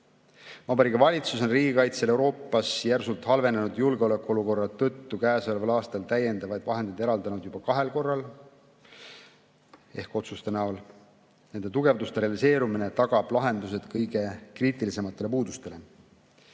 Vabariigi Valitsus on riigikaitsele Euroopas järsult halvenenud julgeolekuolukorra tõttu käesoleval aastal täiendavaid vahendeid eraldanud juba kahel korral otsustega. Nende tugevduste realiseerumine tagab lahendused kõige kriitilisematele puudustele.